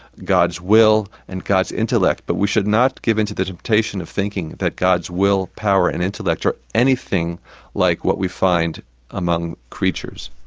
god's will and god's intellect, but we should not give into the temptation of thinking that god's will, power and intellect are anything like what we find among creatures.